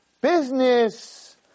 business